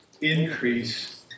increase